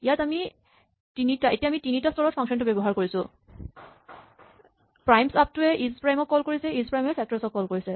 ইয়াত এতিয়া আমি তিনিটা স্তৰত ফাংচন ব্যৱহাৰ কৰিছো প্ৰাইমছআপটু ৱে ইজপ্ৰাইম ক কল কৰিছে ইজপ্ৰাইম এ ফেক্টৰছ ক কল কৰিছে